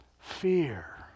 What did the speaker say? fear